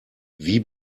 wie